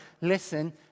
listen